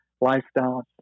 lifestyle